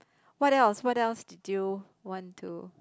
what else what else did you want to